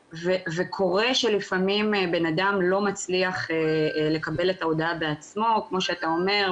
וקורה שלפעמים בנאדם לא מצליח לקבל את ההודעה בעצמו כמו שא תה אומר,